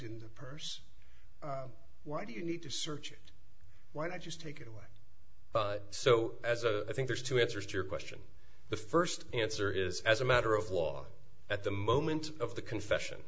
in the purse why do you need to search it why not just take it away but so as a think there's two answers to your question the first answer is as a matter of law at the moment of the confession